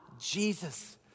Jesus